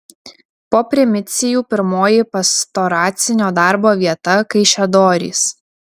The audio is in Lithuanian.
po primicijų pirmoji pastoracinio darbo vieta kaišiadorys